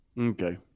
Okay